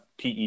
PED